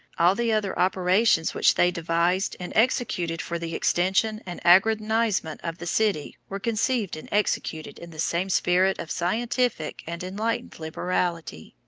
all the other operations which they devised and executed for the extension and aggrandizement of the city were conceived and executed in the same spirit of scientific and enlightened liberality.